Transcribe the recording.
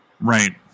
Right